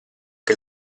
che